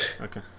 Okay